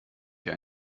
hier